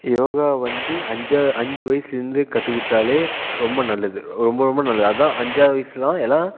யோகா வந்து அஞ்சு அஞ்சு வயசுலேருந்து கற்றுக்கிட்டாலே ரொம்ப நல்லது ரொம்ப ரொம்ப நல்லது அதான் அஞ்சாவது வயசில் தான் எல்லாம்